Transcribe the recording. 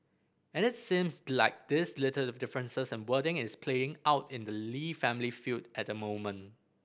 and it seems like these little differences in wording is playing out in the Lee family feud at the moment